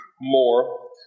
more